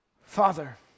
Father